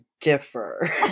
differ